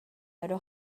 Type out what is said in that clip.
өрө